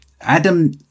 Adam